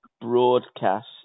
broadcast